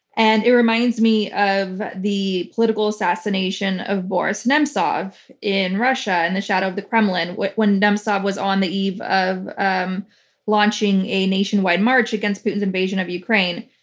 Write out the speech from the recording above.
and it reminds me of the political assassination of boris nemtsov in russia in the shadow of the kremlin, when when nemtsov was on the eve of um launching a nationwide march against putin's invasion of ukraine.